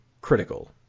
critical